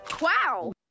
Wow